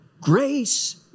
Grace